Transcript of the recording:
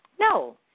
No